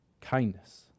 kindness